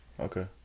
Okay